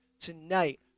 tonight